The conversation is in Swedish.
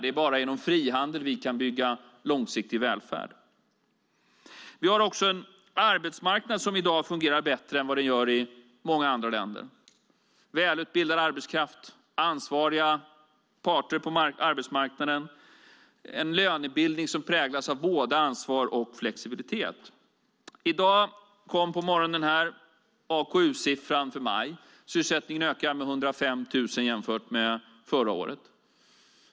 Det är bara genom frihandel vi kan bygga långsiktig välfärd. Vi har också en arbetsmarknad som i dag fungerar bättre än vad den gör i många andra länder, med välutbildad arbetskraft, ansvariga parter på arbetsmarknaden, en lönebildning som präglas av både ansvar och flexibilitet. I dag på morgonen kom AKU-siffran för maj. Sysselsättningen ökar med 105 000 jämfört med förra året.